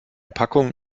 packung